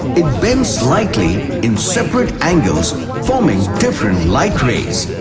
it bends slightly in separate angles forming different light rays.